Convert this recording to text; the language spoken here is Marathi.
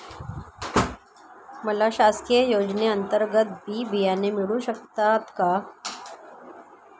मला शासकीय योजने अंतर्गत बी बियाणे मिळू शकतात का?